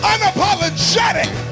Unapologetic